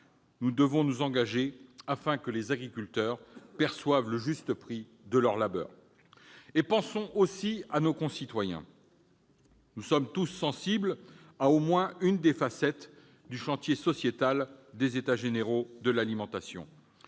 nous devons nous engager pour que les agriculteurs perçoivent le juste prix de leur labeur. Pensons aussi à nos concitoyens. Nous sommes tous sensibles à au moins l'une des facettes du chantier sociétal des États généraux de l'alimentation.